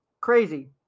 Crazy